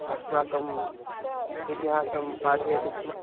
अस्माकम् इतिहासं पाठयति स्म